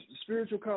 Spiritual